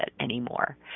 anymore